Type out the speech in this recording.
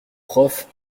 prof